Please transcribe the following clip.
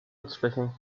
nutzflächen